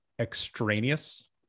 extraneous